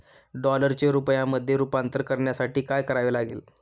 डॉलरचे रुपयामध्ये रूपांतर करण्यासाठी काय करावे लागेल?